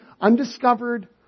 undiscovered